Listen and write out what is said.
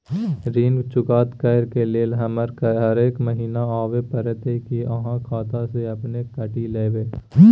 ऋण चुकता करै के लेल हमरा हरेक महीने आबै परतै कि आहाँ खाता स अपने काटि लेबै?